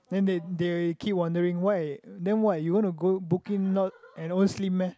then they they keep wondering why then why you want to go book in not and always sleep meh